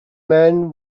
man